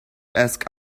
ask